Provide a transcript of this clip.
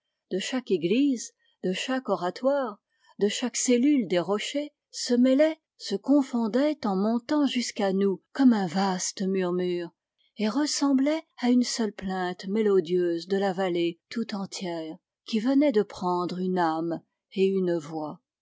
de chaque église de chaque oratoire de chaque cellule des rochers se mêlait se confondait en montant jusqu'à nous comme un vaste murmure et ressemblait à une seule plainte mélodieuse de la vallée tout entière qui venait de prendre une ame et une voix